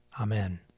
Amen